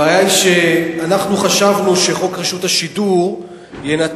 הבעיה היא שחשבנו שחוק רשות השידור ינתק